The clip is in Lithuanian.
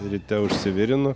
ryte užsivirinu